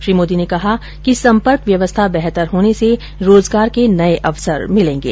श्री मोदी ने कहा कि संपर्क व्यवस्था बेहतर होने से रोजगार के नये अवसर मिलेंगे